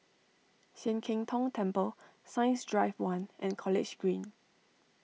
Sian Keng Tong Temple Science Drive one and College Green